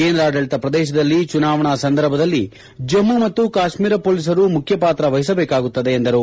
ಕೇಂದ್ರಾಡಳಿತ ಪ್ರದೇಶದಲ್ಲಿ ಚುನಾವಣಾ ಸಂದರ್ಭದಲ್ಲಿ ಜಮ್ಮು ಮತ್ತು ಕಾಶ್ಮೀರ ಪೊಲೀಸರು ಮುಖ್ಯ ಪಾತ್ರ ವಹಿಸಬೇಕಾಗುತ್ತದೆ ಎಂದರು